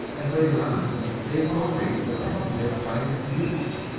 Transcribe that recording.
and later on they appropriate the land to their private use.